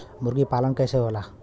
मुर्गी पालन कैसे होला?